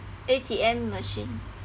A_T_M machine